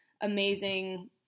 amazing